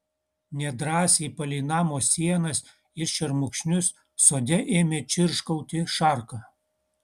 nedrąsiai palei namo sienas ir šermukšnius sode ėmė čirškauti šarka